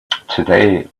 today